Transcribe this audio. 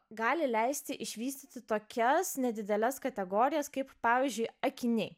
gali leisti išvystyti tokias nedideles kategorijas kaip pavyzdžiui akiniai